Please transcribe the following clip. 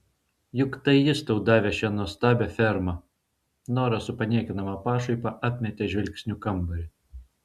juk tai jis tau davė šią nuostabią fermą nora su paniekinama pašaipa apmetė žvilgsniu kambarį